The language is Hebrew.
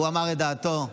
הוא אמר את דעתו.